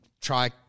try